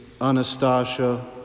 Anastasia